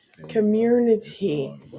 Community